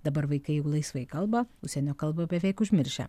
dabar vaikai jau laisvai kalba užsienio kalbą beveik užmiršę